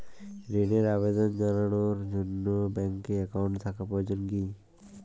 ঋণের আবেদন জানানোর জন্য ব্যাঙ্কে অ্যাকাউন্ট থাকা প্রয়োজন কী?